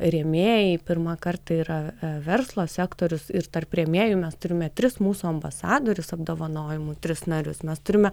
rėmėjai pirmą kartą yra verslo sektorius ir tarp rėmėjų mes turime tris mūsų ambasadorius apdovanojimų tris narius mes turime